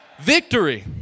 victory